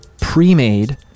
pre-made